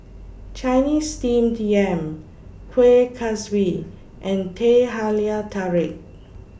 Chinese Steamed Yam Kueh Kaswi and Teh Halia Tarik